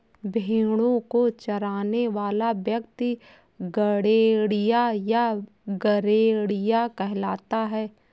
भेंड़ों को चराने वाला व्यक्ति गड़ेड़िया या गरेड़िया कहलाता है